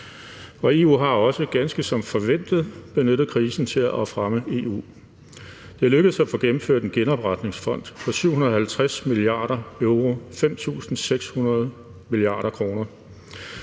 EU har også, ganske som forventet, benyttet krisen til at fremme EU. Det er lykkedes at få gennemført en genopretningsfond på 750 mia. euro, 5.600 mia. kr.